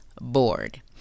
bored